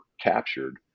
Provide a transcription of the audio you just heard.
captured